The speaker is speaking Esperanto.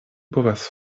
povas